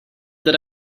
that